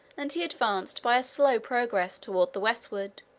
and he advanced by a slow progress toward the westward,